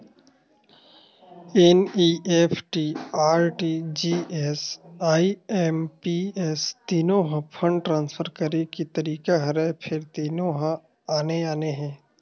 NEFT, RTGS, IMPS तीनो ह fund transfer करे के तरीका हरय फेर तीनो ह आने आने हे